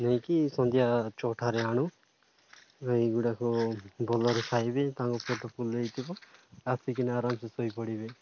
ନେଇକି ସନ୍ଧ୍ୟା ଛିଅ ଠାରେ ଆଣୁ ଏହିଗୁଡ଼ାକ ଭଲରେ ଖାଇବେ ତାଙ୍କ ପେଟ ଫୁଲ୍ ହେଇଥିବ ଆସିକିନା ଆରାମ ସେ ଶୋଇପଡ଼ିବେ